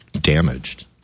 damaged